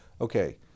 Okay